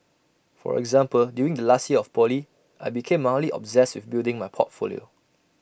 for example during the last year of poly I became mildly obsessed with building my portfolio